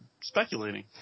speculating